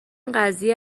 قضیه